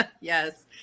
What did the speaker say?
Yes